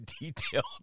detailed